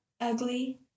ugly